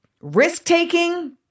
risk-taking